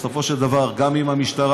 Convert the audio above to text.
בסופו של דבר גם עם המשטרה,